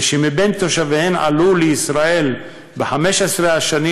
ושיש מבין תושביהן שעלו לישראל ב-15 השנים